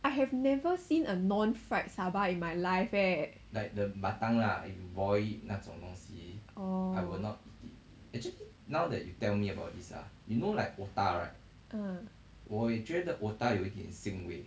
I have never seen a non fried saba in my life eh orh ah